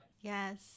Yes